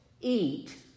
eat